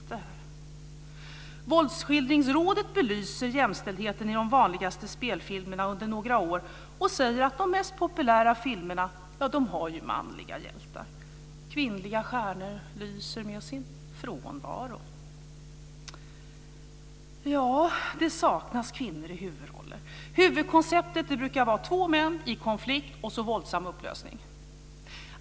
Våldsskildringsrådet belyser jämställdheten i de vanligaste spelfilmerna under några år och säger att de mest populära filmerna har manliga hjältar. Kvinnliga stjärnor lyser med sin frånvaro. Det saknas kvinnor i huvudroller. Huvudkonceptet brukar vara två män i konflikt och en våldsam upplösning.